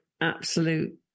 absolute